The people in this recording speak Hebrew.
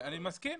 אני מסכים.